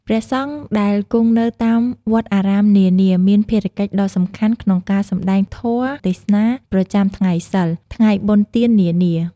ព្រះសង្ឃដែលគង់នៅតាមវត្តអារាមនានា មានភារកិច្ចដ៏សំខាន់ក្នុងការ សំដែងធម៌ទេសនា ប្រចាំថ្ងៃសីល ថ្ងៃបុណ្យទាននានា។